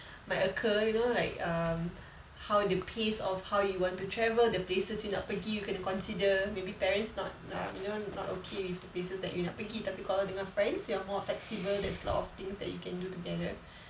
might occur you know like um how the pace of how you want to travel the places you nak pergi you kena consider maybe parents not you know not okay with the places that you nak pergi tapi kalau dengan friends you are more flexible there's lot of things that you can do together